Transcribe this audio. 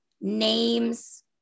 names